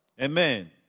Amen